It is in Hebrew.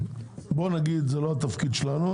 בוא נגיד שזה לא התפקיד שלנו,